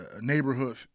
neighborhood